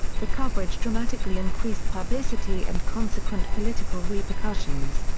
the coverage dramatically increased publicity and consequent political repercussions.